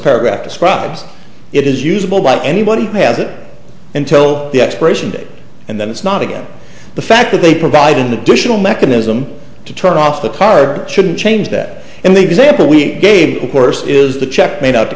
paragraph describes it is usable by anybody who has it until the expiration date and then it's not again the fact that they provide an additional mechanism to turn off the card or shouldn't change that and they've example we gave of course is the check